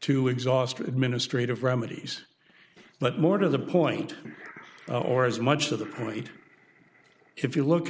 to exhaust her administrative remedies but more to the point or as much to the point if you look